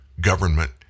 government